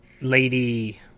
Lady –